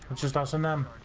just awesome